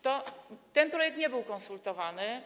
Ten projekt nie był konsultowany.